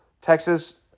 Texas